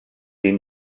dem